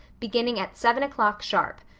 beginning at seven o'clock sharp.